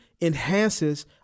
enhances